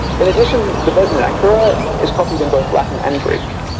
in addition the version in ankara is copied in both latin and greek.